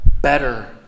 better